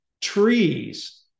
trees